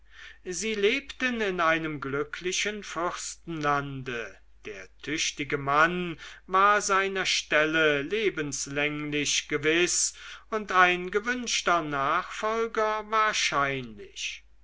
sie lebten in einem glücklichen fürstenlande der tüchtige mann war seiner stelle lebenslänglich gewiß und ein gewünschter nachfolger wahrscheinlich